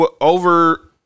over